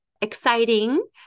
exciting